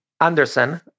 Anderson